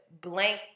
blank